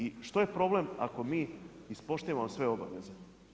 I što je problem ako mi ispoštivamo sve obaveze.